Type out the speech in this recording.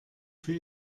für